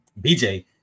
BJ